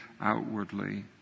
outwardly